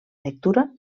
lectura